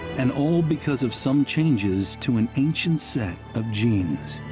and all because of some changes to an ancient set of genes.